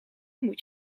moet